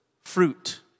fruit